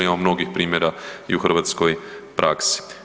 Ima mnogih primjera i u hrvatskoj praksi.